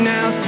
Now